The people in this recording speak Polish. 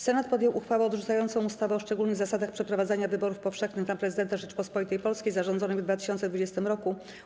Senat podjął uchwałę odrzucającą ustawę o szczególnych zasadach przeprowadzania wyborów powszechnych na Prezydenta Rzeczypospolitej Polskiej zarządzonych w 2020 r.